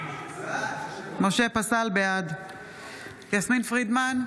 בעד יסמין פרידמן,